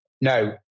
No